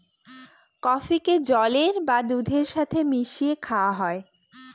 কফিকে জলের বা দুধের সাথে মিশিয়ে খাওয়া হয়